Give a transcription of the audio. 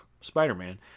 Spider-Man